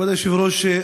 כבוד היושב-ראש,